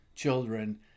Children